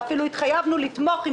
ואפילו התחייבנו לתמוך,